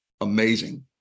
amazing